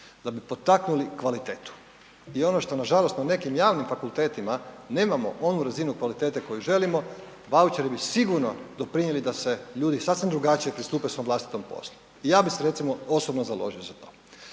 Da bi potaknuli kvalitetu. I ono što nažalost na nekim javnim fakultetima nemamo onu razinu kvalitete koju želimo, vaučeri bi sigurno doprinijeli da se ljudi sasvim drugačije pristupe svom vlastitom poslu. I ja bi se recimo osobno založio za to,